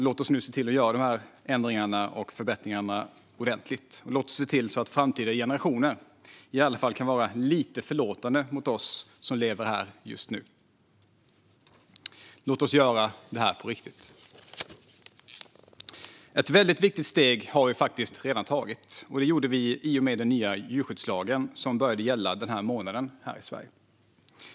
Låt oss se till att nu göra ändringar och förbättringar ordentligt. Låt oss se till att framtida generationer i alla fall kan vara lite förlåtande mot oss som lever här just nu. Låt oss göra det här på riktigt. Ett väldigt viktigt steg har vi faktiskt redan tagit, och det gjorde vi i och med den nya djurskyddslagen som började gälla den här månaden här i Sverige.